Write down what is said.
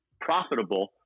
profitable